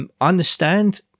understand